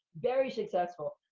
very successful.